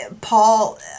Paul